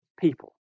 people